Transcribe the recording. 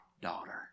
daughter